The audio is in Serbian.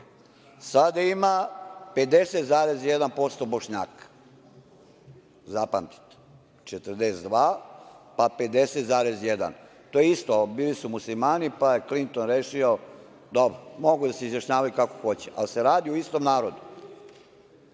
sada ima 50,1% Bošnjaka, zapamtite, 42% pa 50,1%. To je isto, bili su Muslimani pa je Klinton rešio, dobro, mogu da se izjašnjavaju kako hoće, ali se radi o istom narodu.